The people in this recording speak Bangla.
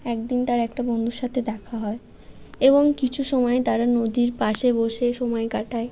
এক দিন তার একটা বন্ধুর সাথে দেখা হয় এবং কিছু সময় তারা নদীর পাশে বসে সময় কাটায়